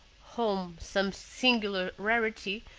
home some singular rarity,